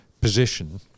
position